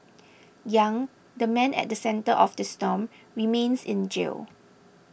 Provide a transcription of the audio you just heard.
Yang the man at the centre of the storm remains in jail